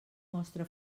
mostra